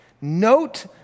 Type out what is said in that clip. Note